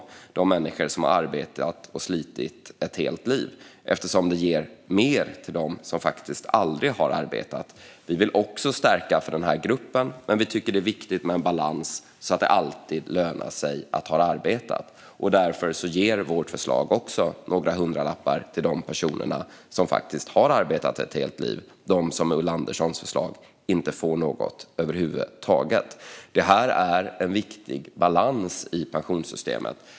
Det är de människor som har arbetat och slitit ett helt liv. Förslaget ger mer till dem som aldrig har arbetat. Vi vill också stärka för den gruppen. Men vi tycker att det är viktigt med en balans så att det alltid lönar sig att ha arbetat. Därför ger vårt förslag också några hundralappar till de personer som faktiskt har arbetat ett helt liv, de som med Ulla Anderssons förslag inte får något över huvud taget. Det är en viktig balans i pensionssystemet.